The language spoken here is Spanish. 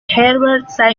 herbert